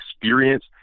experience